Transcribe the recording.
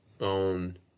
on